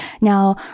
now